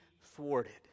thwarted